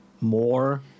more